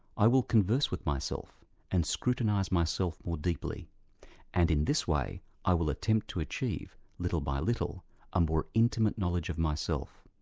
i will converse with myself and scrutinise myself more deeply and in this way i will attempt to achieve little by little a more intimate knowledge of myself.